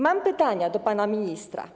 Mam pytania do pana ministra.